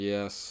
Yes